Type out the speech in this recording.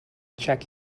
check